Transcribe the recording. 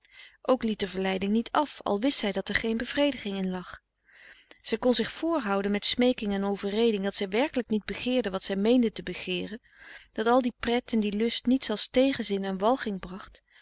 ook liet de verleiding niet af al wist zij dat er geen bevrediging in lag zij kon frederik van eeden van de koele meren des doods zich voorhouden met smeeking en overreding dat zij werkelijk niet begeerde wat zij meende te begeeren dat al die pret en die lust niets als tegenzin en walging bracht